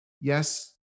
yes